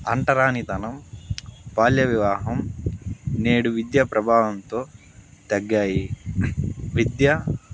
అంటరానితనం బాల్యవివాహం నేడు విద్య ప్రభావంతో తగ్గాయి విద్య